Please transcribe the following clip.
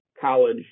college